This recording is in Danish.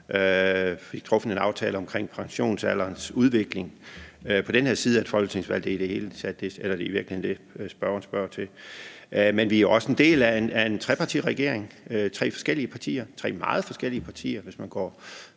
og truffet en aftale omkring pensionsalderens udvikling på den her side af et folketingsvalg. Det er i virkeigheden det, spørgeren spørger til. Men vi er også en del af en trepartiregering med tre forskellige partier, tre meget forskellige partier. Hvis man går